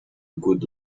good